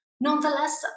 Nonetheless